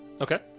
Okay